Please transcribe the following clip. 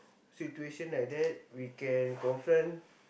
situation like that we can confront